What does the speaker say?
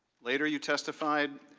later you testified,